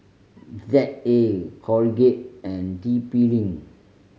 Z A Colgate and T P Link